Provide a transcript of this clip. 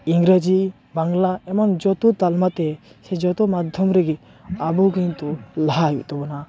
ᱤᱝᱨᱮᱡᱤ ᱵᱟᱝᱞᱟ ᱮᱢᱟᱱ ᱡᱚᱛᱚ ᱛᱟᱞᱢᱟ ᱛᱮ ᱥᱮ ᱡᱚᱛᱚ ᱢᱟᱫᱷᱚᱢ ᱨᱮᱜᱤ ᱟᱵᱚ ᱠᱤᱱᱛᱩ ᱞᱟᱦᱟ ᱦᱩᱭᱩᱜ ᱛᱟᱵᱚᱱᱟ